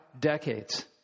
decades